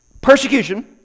Persecution